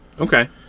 Okay